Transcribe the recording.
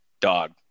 dog